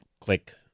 click